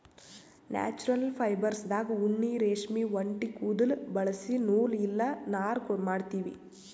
natural ಫೈಬರ್ಸ್ದಾಗ್ ಉಣ್ಣಿ ರೇಷ್ಮಿ ಒಂಟಿ ಕುದುಲ್ ಬಳಸಿ ನೂಲ್ ಇಲ್ಲ ನಾರ್ ಮಾಡ್ತೀವಿ